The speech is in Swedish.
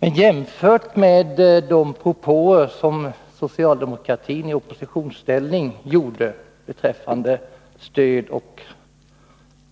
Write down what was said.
Men jämfört med de propåer som socialdemokratin i oppositionsställning gjorde beträffande stöd och